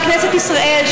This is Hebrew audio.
מכנסת ישראל,